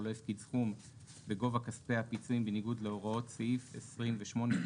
או לא הפקיד סם בגובה כספי הפיצויים בניגוד להוראות סעיף 28(ב1)(5).